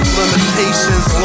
limitations